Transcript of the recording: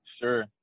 sure